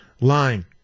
line